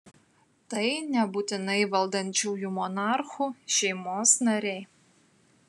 tai nebūtinai valdančiųjų monarchų šeimos nariai